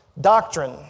Doctrine